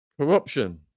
corruption